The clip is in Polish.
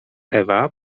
ewa